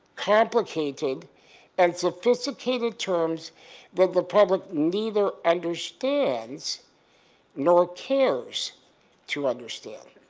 complicated and sophisticated terms that the public neither understands nor cares to understand.